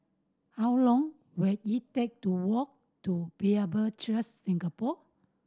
how long will it take to walk to Bible Church Singapore